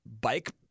bike